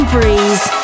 Breeze